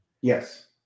Yes